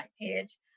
page